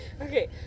Okay